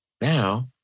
Now